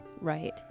Right